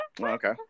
Okay